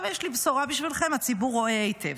אבל יש לי בשורה בשבילכם: הציבור רואה היטב.